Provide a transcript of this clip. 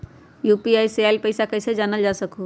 UPI से आईल पैसा कईसे जानल जा सकहु?